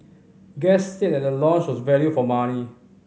guests said the lounge was value for money